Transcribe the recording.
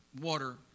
Water